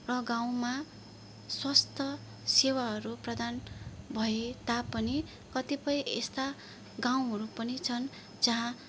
र गाउँमा स्वस्थ सेवाहरू प्रदान भए तापनि कतिपय यस्ता गाउँहरू पनि छन् जहाँ